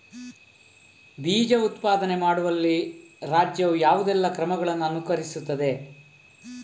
ಬೀಜ ಉತ್ಪಾದನೆ ಮಾಡುವಲ್ಲಿ ರಾಜ್ಯವು ಯಾವುದೆಲ್ಲ ಕ್ರಮಗಳನ್ನು ಅನುಕರಿಸುತ್ತದೆ?